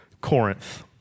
Corinth